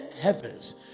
heavens